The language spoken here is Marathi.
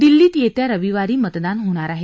दिल्लीत येत्या रविवारी मतदान होणार आहे